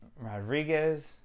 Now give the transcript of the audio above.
Rodriguez